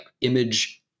image